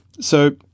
So-